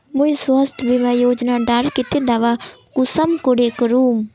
मुई स्वास्थ्य बीमा योजना डार केते दावा कुंसम करे करूम?